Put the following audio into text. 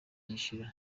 ishira